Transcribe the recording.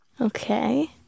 Okay